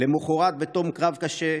למוחרת, בתום קרב קשה,